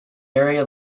area